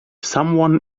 someone